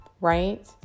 right